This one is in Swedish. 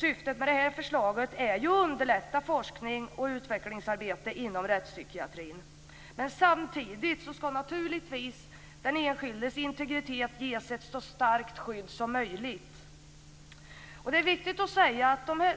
Syftet med detta förslag är ju att underlätta forsknings och utvecklingsarbete inom rättspsykiatrin. Men samtidigt skall naturligtvis den enskildes integritet ges ett så starkt skydd som möjligt. Det är viktigt att säga